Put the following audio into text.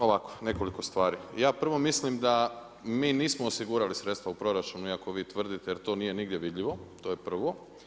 Ovako, nekoliko stvari, ja prvo mislim da mi nismo osigurali sredstva u proračunu iako vi tvrdite jer to nije nigdje vidljivo, to je prvo.